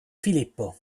filippo